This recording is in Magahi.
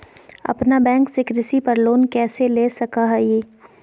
अपना बैंक से कृषि पर लोन कैसे ले सकअ हियई?